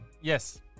Yes